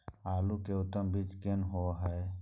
आलू के उत्तम बीज कोन होय है?